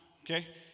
okay